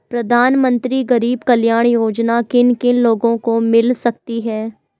प्रधानमंत्री गरीब कल्याण योजना किन किन लोगों को मिल सकती है?